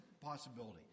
possibility